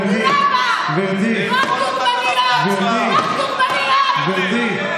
איתן, גברתי, אבל תני לה לדבר.